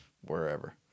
wherever